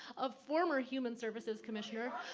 a former human services commissioner